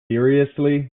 seriously